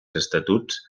estatuts